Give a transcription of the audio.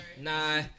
Nah